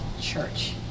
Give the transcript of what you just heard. church